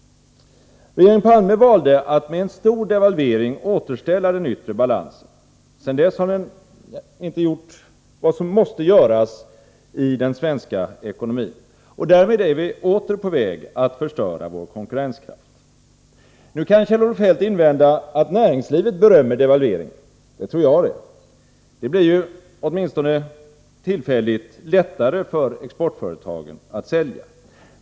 Regeringen Palme valde att med en stor devalvering återställa den yttre balansen. Men sedan dess har den inte gjort vad som måste göras i den svenska ekonomin, och därmed är vi åter på väg att förstöra vår konkurrenskraft. Nu kan Kjell-Olof Feldt invända att näringslivet berömmer devalveringen. Det tror jag, det. Det blir ju — åtminstone tillfälligt — lättare för exportföretagen att sälja.